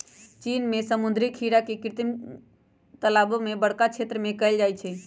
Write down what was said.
चीन में समुद्री खीरा के खेती कृत्रिम तालाओ में बरका क्षेत्र में कएल जाइ छइ